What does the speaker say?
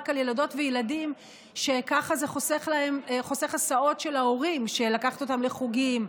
רק על ילדות וילדים שזה חוסך הסעות של ההורים של לקחת אותם לחוגים,